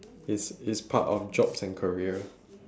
it's it's part of jobs and career